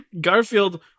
Garfield